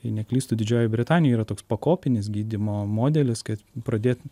jei neklystu didžiojoj britanijoj yra toks pakopinis gydymo modelis kad pradėti